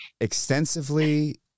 extensively